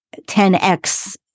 10X